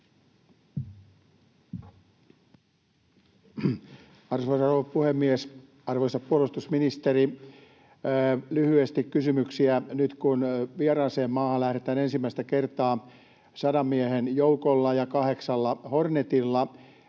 rouva puhemies! Arvoisa puolustusministeri! Lyhyesti kysymyksiä: Nyt kun vieraaseen maahan lähdetään ensimmäistä kertaa sadan miehen joukolla ja kahdeksalla Hornetilla,